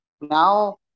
Now